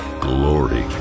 glory